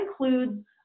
includes